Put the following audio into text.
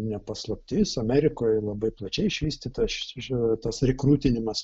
ne paslaptis amerikoj labai plačiai išvystytas tas rekrutinimas